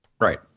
Right